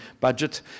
budget